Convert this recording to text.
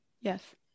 Yes